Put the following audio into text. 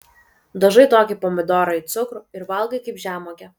dažai tokį pomidorą į cukrų ir valgai kaip žemuogę